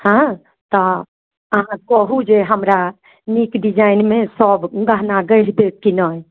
हँ तऽअहाँ कहू जे हमरा नीक डिजाइनमे सभ गहना गढ़ि देब कि नहि